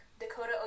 Dakota